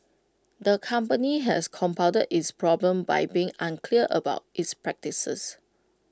the company has compounded its problems by being unclear about its practices